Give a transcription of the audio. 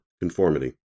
Conformity